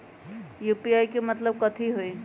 UPI के मतलब कथी होई?